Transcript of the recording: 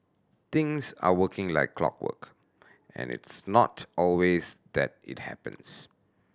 things are working like clockwork and it's not always that it happens